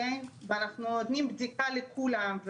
ואנחנו נותנים בדיקה לכולם,